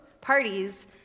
parties